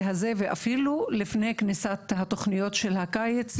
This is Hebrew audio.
הזה ואפילו לפני כניסת תוכניות הקיץ,